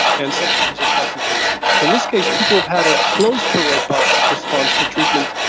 and some problems with concentration. in this case people have had a close to robust response to treatment,